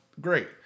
great